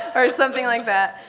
or something like that.